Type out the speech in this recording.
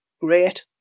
great